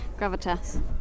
gravitas